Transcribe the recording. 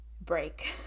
break